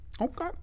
Okay